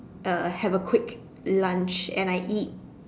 uh have a quick lunch and I eat